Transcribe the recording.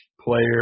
player